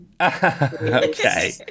Okay